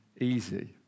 easy